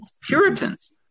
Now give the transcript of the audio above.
Puritans